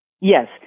Yes